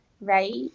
right